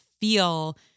feel